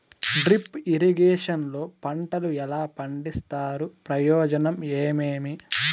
Drip irrigation లో పంటలు ఎలా పండిస్తారు ప్రయోజనం ఏమేమి?